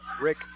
Rick